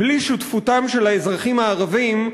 בלי שותפותם של האזרחים הערבים,